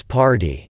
party